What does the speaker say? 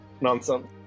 nonsense